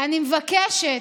אני מבקשת,